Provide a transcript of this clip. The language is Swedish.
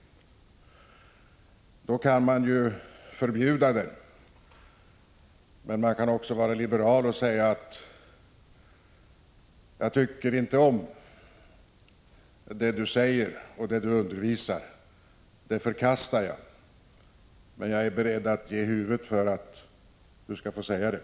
Då kan man förbjuda den. Men man kan också vara liberal och säga: Jag tycker inte om det du säger och Prot. 1985/86:144 undervisar. Jag förkastar det. Men jag är beredd att ge huvudet för att du 16 maj 1986 skall få göra det.